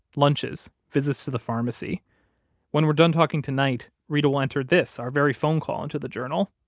lunches, visits to the pharmacy when we're done talking tonight, reta will enter this our very phone call into the journal.